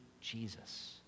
Jesus